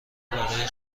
برای